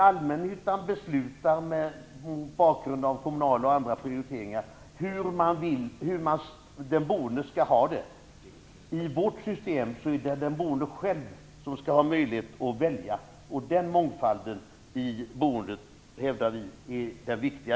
Allmännyttan beslutar mot bakgrund av kommunala och andra prioriteringar hur de boende skall ha det. I vårt system är det den boende själv som skall ha möjlighet att välja. Den mångfalden i boendet hävdar vi är det viktiga.